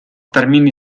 termini